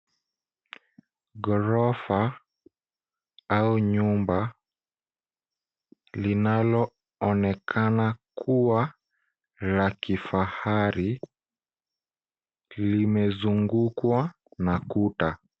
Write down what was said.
Ghorofa au nyumba linaloonekana kuwa la kifahari limezungukwa na kuta.